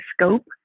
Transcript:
scope